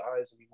eyes